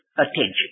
attention